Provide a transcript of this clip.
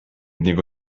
niego